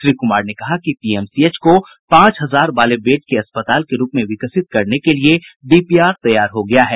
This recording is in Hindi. श्री कुमार ने कहा कि पीएमसीएच को पांच हजार वाले बेड के अस्पताल के रूप में विकसित करने के लिये डीपीआर तैयार हो गया है